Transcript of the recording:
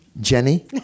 Jenny